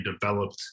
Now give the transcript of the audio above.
developed